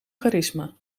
charisma